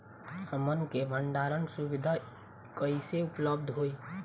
हमन के भंडारण सुविधा कइसे उपलब्ध होई?